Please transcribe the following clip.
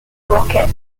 rocket